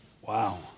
Wow